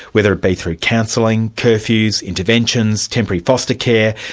whether it be through counselling, curfews, interventions, temporary foster care,